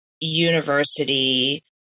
university